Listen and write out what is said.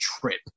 trip